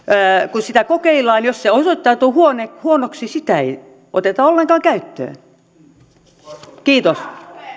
kun sitä kokeillaan jos se osoittautuu huonoksi huonoksi sitä ei oteta ollenkaan käyttöön kiitos